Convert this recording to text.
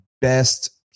best